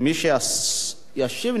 מי שישיב,